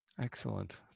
excellent